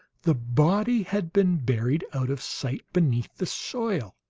the body had been buried out of sight beneath the soil